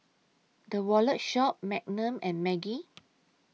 The Wallet Shop Magnum and Maggi